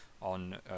on